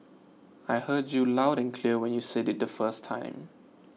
I heard you loud and clear when you said it the first time